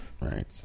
right